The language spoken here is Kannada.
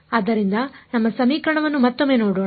ಆದ್ದರಿಂದ ನಮ್ಮ ಸಮೀಕರಣವನ್ನು ಮತ್ತೊಮ್ಮೆ ನೋಡೋಣ